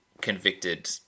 convicted